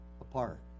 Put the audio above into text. apart